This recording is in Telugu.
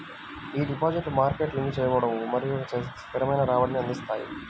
ఈ డిపాజిట్లు మార్కెట్ లింక్ చేయబడవు మరియు స్థిరమైన రాబడిని అందిస్తాయి